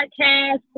podcast